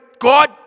God